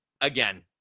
Again